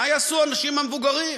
מה יעשו האנשים המבוגרים,